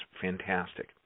fantastic